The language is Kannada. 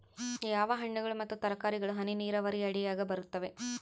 ಯಾವ ಹಣ್ಣುಗಳು ಮತ್ತು ತರಕಾರಿಗಳು ಹನಿ ನೇರಾವರಿ ಅಡಿಯಾಗ ಬರುತ್ತವೆ?